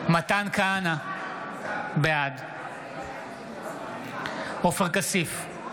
בעד עופר כסיף,